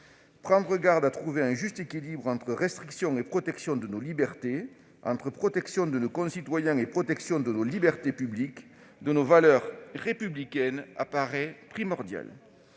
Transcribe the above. Prendre garde à trouver un juste équilibre entre restriction et protection de nos libertés, entre protection de nos concitoyens et protection de nos libertés publiques et de nos valeurs républicaines, apparaît primordial